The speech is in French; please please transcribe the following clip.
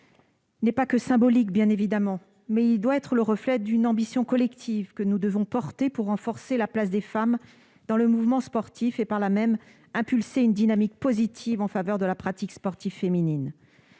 n'est pas seulement symbolique, bien évidemment : il doit être le reflet d'une ambition collective que nous devons porter pour renforcer la place des femmes dans le mouvement sportif et, par là même, impulser une dynamique positive en faveur de la pratique sportive féminine.